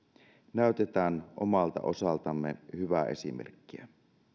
näytetään omalta osaltamme hyvää esimerkkiä